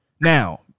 Now